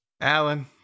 Alan